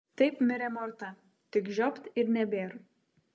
taip mirė morta tik žiopt ir nebėr